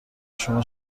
شما